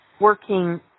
working